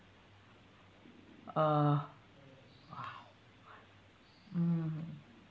uh !wow! mm